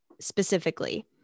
specifically